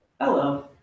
Hello